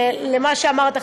למה שאמרת,